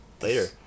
later